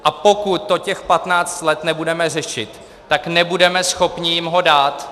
A pokud to těch patnáct let nebudeme řešit, tak nebudeme schopni jim ho dát.